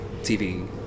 TV